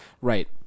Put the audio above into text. Right